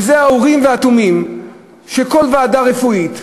וזה האורים ותומים של כל ועדה רפואית,